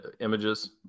images